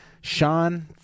Sean